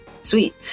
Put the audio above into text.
Sweet